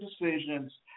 decisions